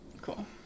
Cool